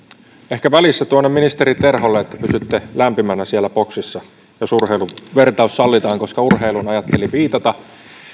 ehkä välissä tuonne ministeri terholle että pysytte lämpimänä siellä boksissa jos urheiluvertaus sallitaan koska urheiluun ajattelin viitata